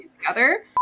together